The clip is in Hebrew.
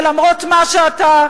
ולמרות מה שאתה,